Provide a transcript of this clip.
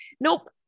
nope